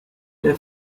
der